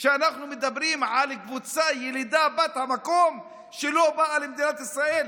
ואנחנו מדברים על קבוצה ילידה בת המקום שלא באה למדינת ישראל,